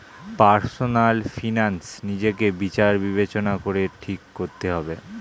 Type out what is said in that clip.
personal finance নিজেকে বিচার বিবেচনা করে ঠিক করতে হবে